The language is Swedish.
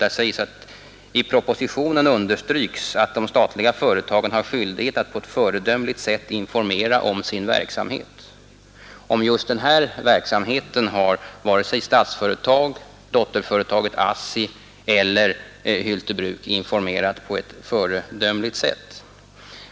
Det framhålles bl.a.: ”I propositionen understryks att de statliga företagen har skyldighet att på ett föredömligt sätt informera om sin verksamhet.” Om just denna verksamhet har varken Statsföretag, dotterföretaget ASSI eller Hylte Bruk informerat på ett föredömligt sätt.